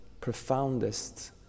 profoundest